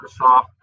Microsoft